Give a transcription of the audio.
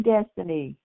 Destiny